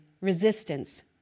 resistance